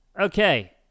Okay